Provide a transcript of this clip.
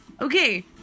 Okay